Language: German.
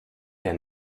der